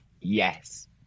yes